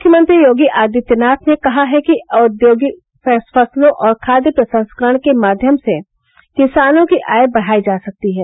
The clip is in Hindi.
मुख्यमंत्री योगी आदित्यनाथ ने कहा है कि औद्यानिक फसलों और खादय प्रसंस्करण के माध्यम से किसानों की आय बढ़ाई जा सकती है